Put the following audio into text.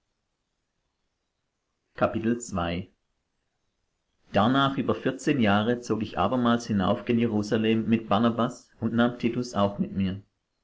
darnach über vierzehn jahre zog ich abermals hinauf gen jerusalem mit barnabas und nahm titus auch mit mir